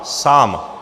Sám!